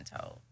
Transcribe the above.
told